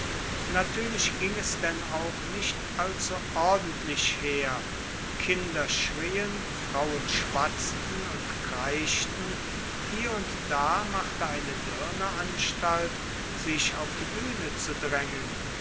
natuerlich ging es denn auch nicht allzu ordentlich her kinder schrien frauen schwatzten und kreischten hier und da machte eine dirne anstalt sich auf die buehne zu draengen